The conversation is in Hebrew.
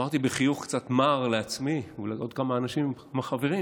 אמרתי בחיוך קצת מר לעצמי ולעוד כמה אנשים מהחברים: